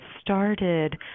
started